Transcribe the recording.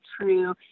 true